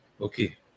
Okay